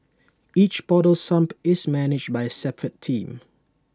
each portal sump is managed by A separate team